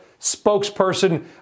spokesperson